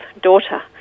daughter